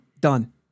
Done